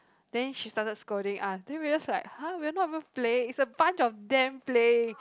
then she started scolding us then we just like !huh! we're not even playing it's a bunch of them playing